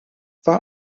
war